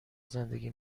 زندگی